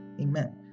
Amen